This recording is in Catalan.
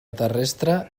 terrestre